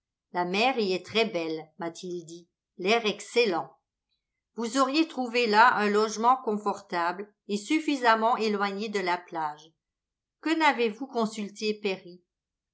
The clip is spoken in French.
la mer y est très belle m'a-t-il dit l'air excellent vous auriez trouvé là un logement confortable et suffisamment éloigné de la plage que n'avez-vous consulté perry